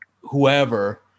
whoever